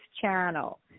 channel